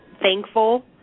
thankful